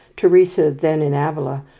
teresa, then in avila,